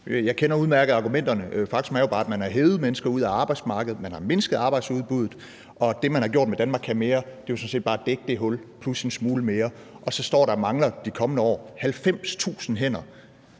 Jeg kender udmærket argumenterne. Faktum er jo bare, at man har hevet mennesker ud af arbejdsmarkedet, man har mindsket arbejdsudbuddet, og det, man har gjort med »Danmark kan mere«, er sådan set bare at dække det hul plus en smule mere, og så står vi i de kommende år og mangler